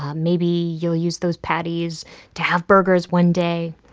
ah maybe you'll use those patties to have burgers one day,